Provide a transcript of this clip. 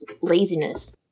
laziness